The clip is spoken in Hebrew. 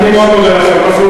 אני מאוד מודה לכם.